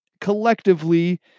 collectively